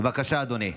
בבקשה, אדוני.